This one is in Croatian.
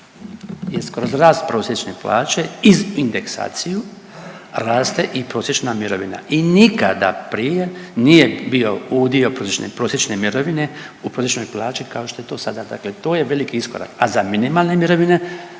jer kroz rast prosječne plaće iz indeksaciju raste i prosječna mirovina. I nikada prije nije bio udio prosječne mirovine u prosječnoj plaći kao što je to sada. Dakle, to je veliki iskorak, a za minimalne mirovine